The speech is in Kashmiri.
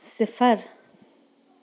صِفر